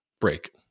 break